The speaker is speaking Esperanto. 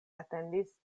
atendis